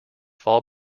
fall